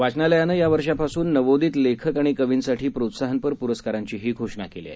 वाचनालयानं यावर्षापासून नवोदित लेखक आणि कवींसाठी प्रोत्साहनपर पुरस्कारांचीही घोषणा केली आहे